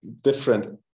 different